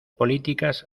políticas